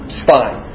spine